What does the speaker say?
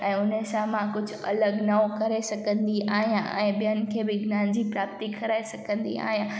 ऐं हुन सां मां कुझु अलॻि नओं करे सघंदी आहियां ऐं ॿियनि खे बि ज्ञान जी प्राप्ति कराए सघंदी आहियां